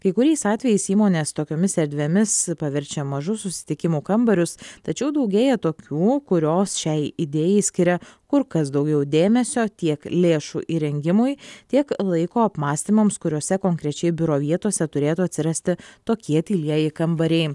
kai kuriais atvejais įmonės tokiomis erdvėmis paverčia mažus susitikimų kambarius tačiau daugėja tokių kurios šiai idėjai skiria kur kas daugiau dėmesio tiek lėšų įrengimui tiek laiko apmąstymams kuriose konkrečiai biuro vietose turėtų atsirasti tokie tylieji kambariai